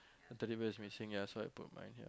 the Teddy Bear is missing ya so I put mine here